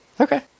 Okay